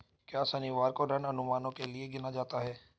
क्या शनिवार को ऋण अनुमानों के लिए गिना जाता है?